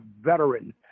veteran